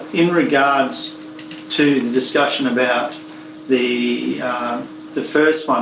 in regards to the discussion about the the first one,